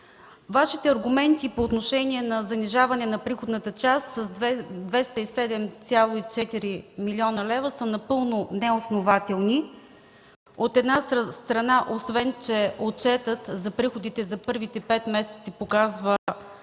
Вашите аргументи за занижаване на приходната част с 207,4 млн. лв. са напълно неоснователни. От една страна, отчетът за приходите за първите пет месеца показва,